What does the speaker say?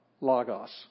Lagos